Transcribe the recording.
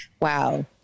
wow